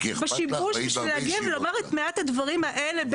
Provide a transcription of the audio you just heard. בשביל להגיע ולומר את מעט הדברים האלה,